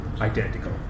identical